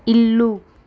ఇల్లు